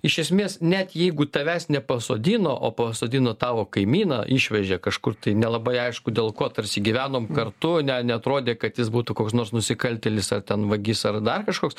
iš esmės net jeigu tavęs nepasodino o pasodino tavo kaimyną išvežė kažkur tai nelabai aišku dėl ko tarsi gyvenom kartu ne neatrodė kad jis būtų koks nors nusikaltėlis ar ten vagis ar dar kažkoks